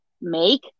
make